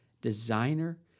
designer